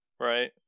right